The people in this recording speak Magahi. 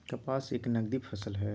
कपास एक नगदी फसल हई